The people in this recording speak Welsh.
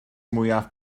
mwyaf